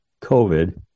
covid